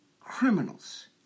Criminals